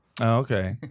okay